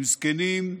עם זקנים,